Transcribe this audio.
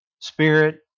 spirit